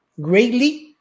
greatly